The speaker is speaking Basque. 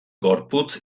gorputz